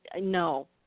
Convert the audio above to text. No